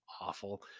awful